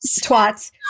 twats